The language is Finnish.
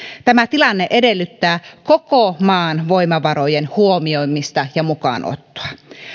tämä tilanne edellyttää koko maan voimavarojen huomioimista ja mukaan ottoa